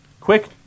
Quick